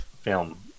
film